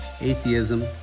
atheism